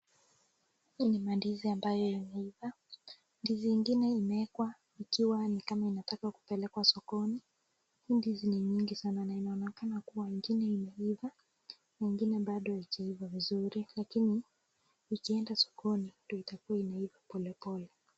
Hii ni mandizi ambayo imeiva. Ndizi ingine imewekwa ikiwa ni kama inataka kupelekwa sokoni, hii ndizi ni nyingi sana na inaonekana kuwa ingine imeiva, na ingine bado haijaiva vizuri, lakini ikienda sokoni ndio itakuwa inaiva polepole.